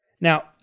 Now